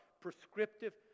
prescriptive